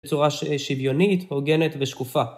בצורה שוויונית, הוגנת ושקופה.